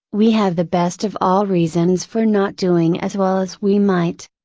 we have the best of all reasons for not doing as well as we might.